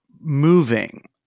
moving